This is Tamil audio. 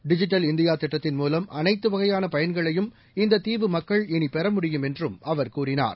டிஜிட்டல் இந்தியாதிட்டத்தின் மூலம் அனைத்துவகையானபயன்களையும இந்ததீவு மக்கள் இனிபெறமுடியும் என்றும் அவர் கூறினார்